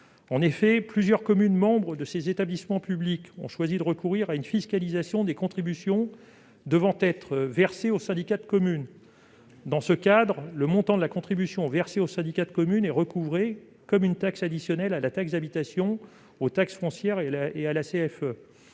En effet, plusieurs communes membres de ces établissements publics ont choisi de recourir à une fiscalisation des contributions devant être versées aux syndicats de communes. Dans ce cadre, le montant de la contribution versée au syndicat est recouvré comme une taxe additionnelle à la taxe d'habitation, aux taxes foncières et à la